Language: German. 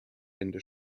ende